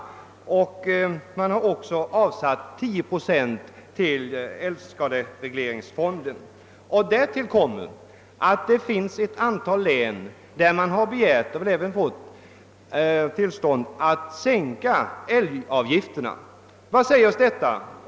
Man hade också då avsatt 10 procent till älgskaderegleringsfonden. Därtill kommer att det finns ett antal län som begärt och väl även fått tillstånd att sänka älgavgifterna. Vad säger oss detta?